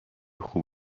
خوب